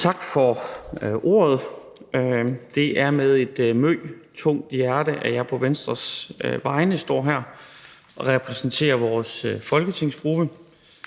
Tak for ordet. Det er med et møj tungt hjerte, at jeg på Venstres vegne står her og repræsenterer vores folketingsgruppe